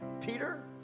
Peter